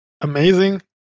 amazing